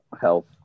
health